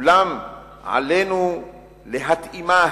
אולם עלינו להתאימה